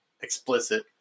Explicit